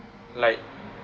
like